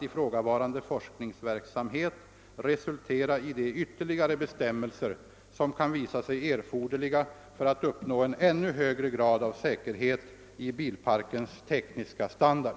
ifrågavarande forskningsverksamhet, resultera i de ytterligare bestämmelser som kan visa sig erforderliga för att uppnå en ännu högre grad av säkerhet i bilparkens tekniska standard.